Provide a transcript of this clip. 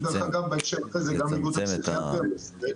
וגם האיגוד הפסיכיאטריה בישראל,